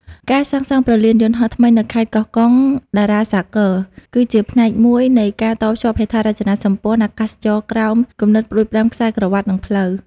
ការសាងសង់ព្រលានយន្តហោះថ្មីនៅខេត្តកោះកុង (តារាសាគរ) ក៏ជាផ្នែកមួយនៃការតភ្ជាប់ហេដ្ឋារចនាសម្ព័ន្ធអាកាសចរណ៍ក្រោម គំនិតផ្ដួចផ្ដើមខ្សែក្រវាត់ និងផ្លូវ។